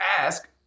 ask